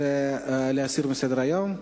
להסיר מסדר-היום.